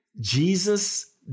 Jesus